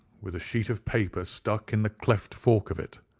with a sheet of paper stuck in the cleft fork of it.